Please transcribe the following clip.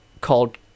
called